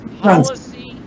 policy